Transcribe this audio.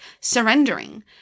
surrendering